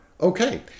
Okay